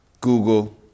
Google